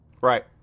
right